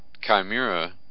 Chimera